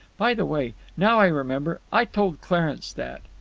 by the way, now i remember, i told clarence that.